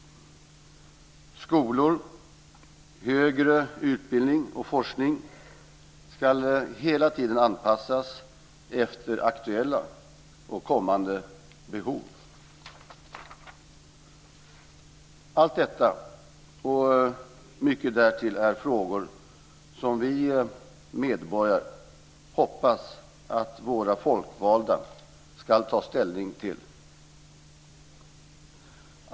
Skolor, högre utbildning och forskning ska hela tiden anpassas efter aktuella och kommande behov. Allt detta och mycket därtill är frågor som vi medborgare hoppas att våra folkvalda ska ta ställning till.